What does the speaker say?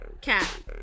cat